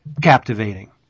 captivating